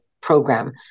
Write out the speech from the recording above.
program